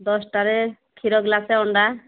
ଦଶଟାରେ କ୍ଷୀର ଗ୍ଲାସ ଅଣ୍ଡା